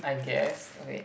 I guess wait